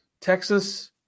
texas